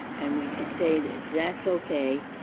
and we should say that that's okay,